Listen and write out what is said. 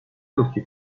yılki